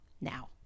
now